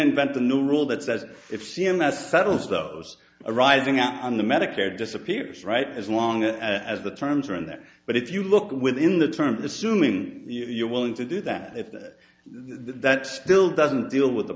invent a new rule that says if c m s settles those arising out on the medicare disappears right as long as the terms are in there but if you look within the terms assuming you're willing to do that if that that still doesn't deal with the